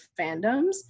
fandoms